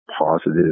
positive